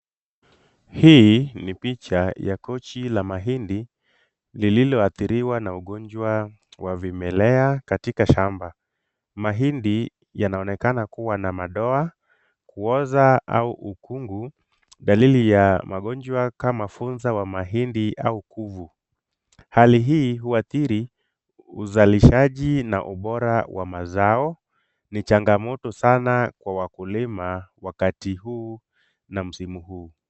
Hii ni picha ya kochi la mahindi lililoathiriwa na ugonjwa wa vimelea katika shamba. Mahindi yanaonekana kuwa na madoa, kuoza au ukungu, dalili ya magonjwa kama funza wa mahindi au kuvu. Hali hii huathiri uzalishaji na ubora wa mazao, ni changamoto sana kwa wakulima wakati huu na msimu huu.